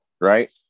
right